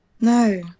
No